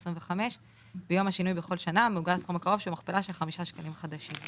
הצבעה שוב פה אחד.